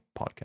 podcast